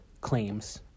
claims